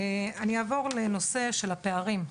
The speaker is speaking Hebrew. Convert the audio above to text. אני אעבור לנושא של הפערים.